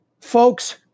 Folks